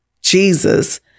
Jesus